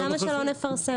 למה שלא נפרסם?